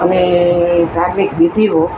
અને ધાર્મિક વિધિઓ